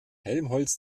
helmholtz